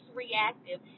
reactive